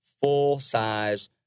full-size